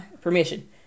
permission